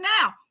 now